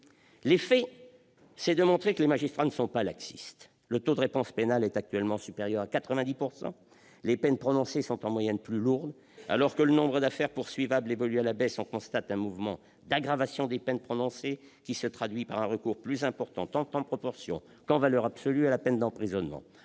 Les faits, c'est montrer que les magistrats ne sont pas laxistes. Le taux de réponse pénale est actuellement supérieur à 90 %. Les peines prononcées sont en moyenne plus lourdes. Alors que le nombre d'affaires susceptibles de poursuites est en diminution, on constate une aggravation des peines prononcées qui se traduit par un recours plus important, tant en proportion qu'en valeur absolue, à la peine d'emprisonnement.